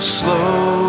slow